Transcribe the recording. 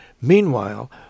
Meanwhile